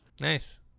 Nice